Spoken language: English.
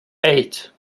eight